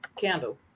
candles